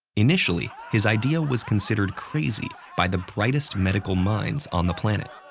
initially, his idea was considered crazy by the brightest medical minds on the planet.